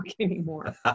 anymore